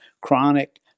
chronic